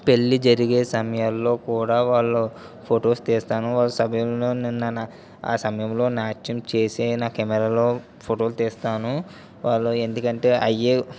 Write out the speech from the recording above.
పెళ్లి జరిగే సమయాల్లో కూడా వాళ్ళు ఫొటోస్ తీస్తాను వాళ్ళ సభ్యులు నిన్న ఆ సమయంలో నాట్యం చేసే నా కెమెరాలో ఫోటోలు తీస్తాను వాళ్ళు ఎందుకంటే అవే